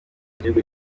igihugu